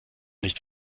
nicht